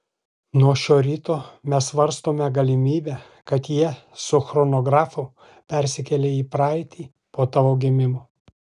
nuo šio ryto mes svarstome galimybę kad jie su chronografu persikėlė į praeitį po tavo gimimo